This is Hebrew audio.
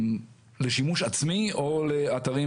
הם לשימוש עצמי או לאתרים